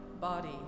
body